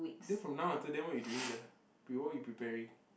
then from now until then what you doing sia what you preparing